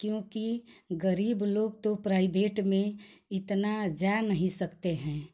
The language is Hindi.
क्योंकि गरीब लोग तो प्राइबेट में इतना जा नहीं सकते हैं